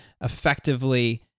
effectively